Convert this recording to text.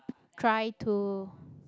try to